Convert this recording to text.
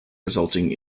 resulting